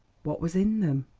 what was in them?